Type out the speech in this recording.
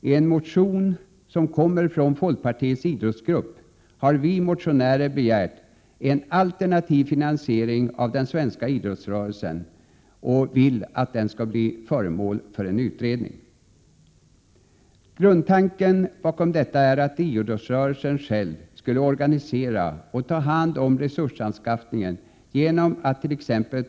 I en motion från folkpartiets idrottsgrupp har vi motionärer begärt att en alternativ finansiering av den svenska idrottsrörelsen skulle bli föremål för en utredning. Grundtanken bakom detta är att idrottsrörelsen själv skulle organisera och ta hand om resursanskaffningen genom attt.ex.